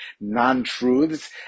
non-truths